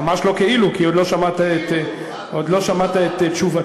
ממש לא "כאילו", כי עוד לא שמעת את תשובתי.